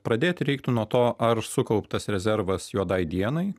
pradėti reiktų nuo to ar sukauptas rezervas juodai dienai